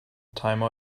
time